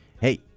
Hey